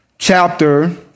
chapter